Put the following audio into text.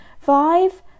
five